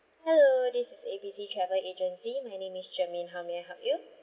hello this is A B C travel agency my name is germaine how may I help you